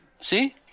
See